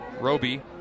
Roby